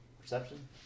Perception